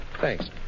thanks